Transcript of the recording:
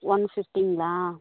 one ஃபிஃப்ட்டிங்களா